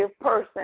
person